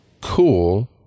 cool